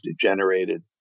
degenerated